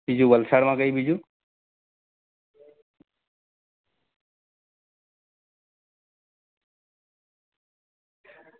બીજું વલસાડમાં કંઈ બીજું